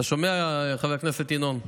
אתה שומע, חבר הכנסת ינון?